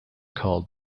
called